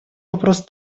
вопрос